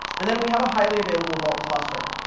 and then we have a highly available vault cluster.